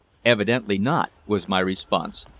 evidently not, was my response,